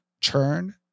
turn